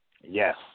Yes